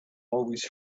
always